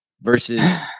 versus